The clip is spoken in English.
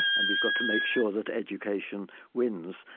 and we've got to make sure that education wins.